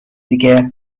دیگه